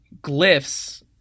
glyphs